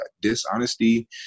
dishonesty